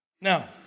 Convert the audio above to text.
Now